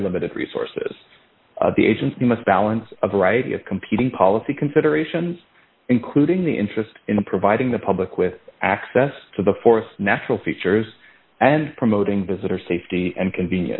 limited resources the agency must balance a variety of competing policy considerations including the interest in providing the public with access to the forests natural features and promoting visitors safety and convenien